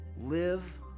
live